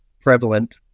prevalent